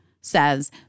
says